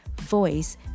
voice